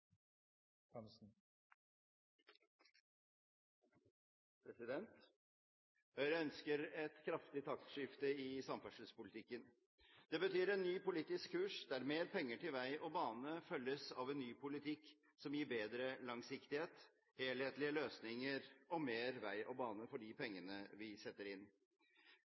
Høyre ønsker et kraftig taktskifte i samferdselspolitikken. Det betyr en ny politisk kurs der mer penger til vei og bane følges av en ny politikk, som gir bedre langsiktighet, helthetlige løsninger og mer vei og bane for de pengene vi setter inn.